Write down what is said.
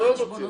חכה.